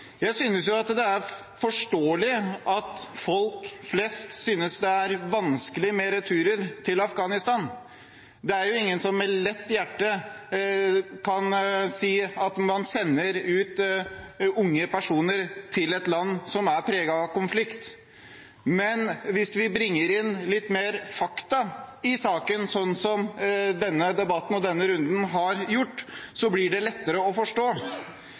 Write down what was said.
Jeg synes det er forståelig at folk flest synes det er vanskelig med returer til Afghanistan – det er jo ingen som med lett hjerte kan si at man sender unge personer til et land som er preget av konflikt. Men hvis vi bringer inn litt flere fakta i saken, som denne debatten og denne runden har gjort, blir det lettere å forstå.